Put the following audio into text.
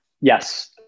Yes